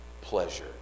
pleasure